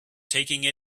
taking